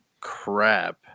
crap